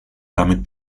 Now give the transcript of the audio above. damit